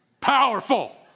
Powerful